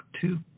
two